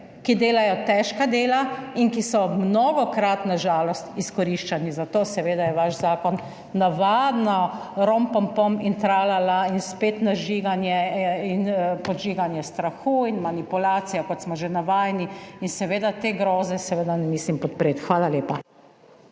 ki delajo težka dela in ki so mnogokrat, na žalost izkoriščani. Zato seveda je vaš zakon navadno rompompom in tralala in spet nažiganje in podžiganje strahu in manipulacija, kot smo že navajeni, in seveda te groze seveda ne mislim podpreti. Hvala lepa.